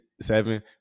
seven